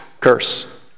curse